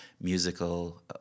musical